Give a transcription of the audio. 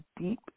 deep